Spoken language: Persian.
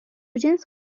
جنس